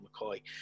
McCoy